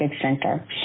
Center